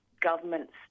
governments